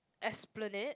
esplanade